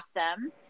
awesome